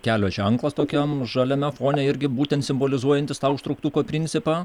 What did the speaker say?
kelio ženklas tokiam žaliame fone irgi būtent simbolizuojantis tą užtrauktuko principą